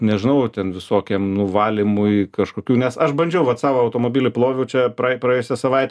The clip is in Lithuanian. nežinau ten visokiem nu valymui kažkokių nes aš bandžiau vat savo automobilį ploviau čia praėjusią savaitę